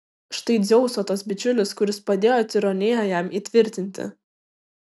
štai dzeuso tas bičiulis kuris padėjo tironiją jam įtvirtinti